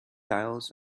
tiles